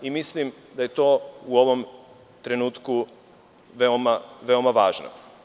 Mislim da je to u ovom trenutku veoma važno.